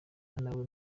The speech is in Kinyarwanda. nawe